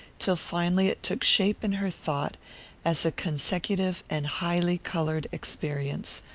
till finally it took shape in her thought as a consecutive and highly-coloured experience,